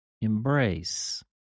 embrace